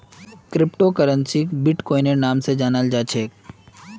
crypto करन्सीक बिट्कोइनेर नाम स जानाल जा छेक